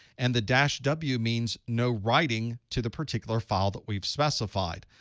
and the dash w means no writing to the particular file that we've specified.